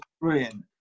brilliant